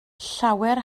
llawer